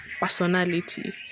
personality